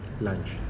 lunch